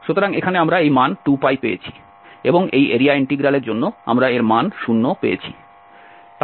সুতরাং এখানে আমরা এই মান 2π পেয়েছি এবং এই এরিয়া ইন্টিগ্রালের জন্য আমরা এর মান শূন্য পেয়েছি